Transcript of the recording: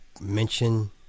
Mention